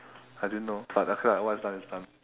I didn't know but okay lah what is done is done